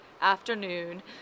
afternoon